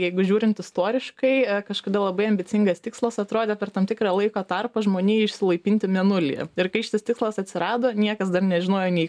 jeigu žiūrint istoriškai kažkada labai ambicingas tikslas atrodė per tam tikrą laiko tarpą žmonijai išsilaipinti mėnulyje ir kai šitas tikslas atsirado niekas dar nežinojo nei